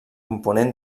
component